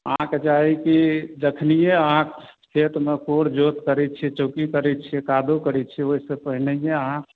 अहाँके चाही की जखनिए अहाँ खेतमे कोर जोत करै छियै चौकी करै छियै कादो करै छियै ओहिसॅं पहिनिए अहाँ